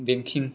banking